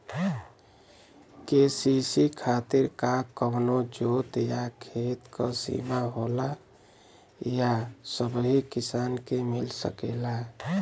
KCC खातिर का कवनो जोत या खेत क सिमा होला या सबही किसान के मिल सकेला?